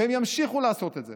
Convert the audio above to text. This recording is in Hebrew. והם ימשיכו לעשות את זה.